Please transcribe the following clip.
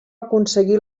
aconseguir